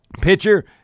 pitcher